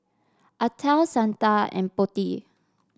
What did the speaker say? Atal Santha and Potti